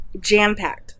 jam-packed